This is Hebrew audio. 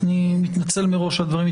כדי כך הגענו בלב לבה של ירושלים?